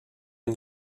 une